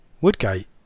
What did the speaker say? Woodgate